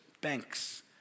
banks